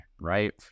right